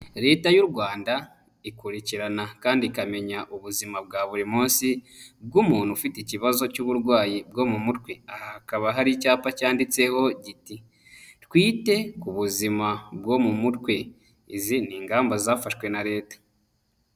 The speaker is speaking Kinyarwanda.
Leta y'u Rwanda ikurikirana kandi ikamenya ubuzima bwa buri munsi bw'umuntu ufite ikibazo cy'uburwayi bwo mu mutwe, aha hakaba hari icyapa cyanditseho giti twite ku buzima bwo mu mutwe, izi ni ingamba zafashwe na Leta.